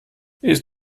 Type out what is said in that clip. ist